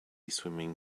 swimming